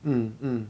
mm mm